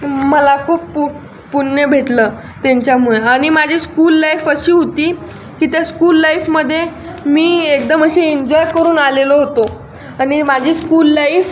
मला खूप पु पूण्य भेटलं त्यांच्यामुळे आणि माझी स्कूल लाईफ अशी होती की त्या स्कूल लाईफमध्ये मी एकदम अशी इन्जॉय करून आलेलो होतो आणि माझी स्कूल लाईफ